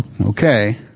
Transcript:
okay